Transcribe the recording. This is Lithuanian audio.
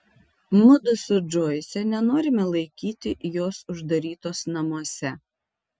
mudu su džoise nenorime laikyti jos uždarytos namuose